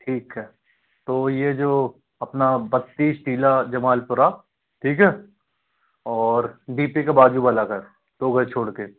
ठीक है तो ये जो अपना बत्तीस टीला जमालपुरा ठीक है और बी पी के बाज़ू वाला घर दो घर छोड़ के